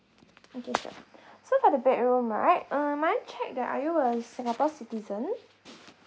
okay sir so for the bedroom right uh may I check that are you a singapore citizen